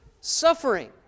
suffering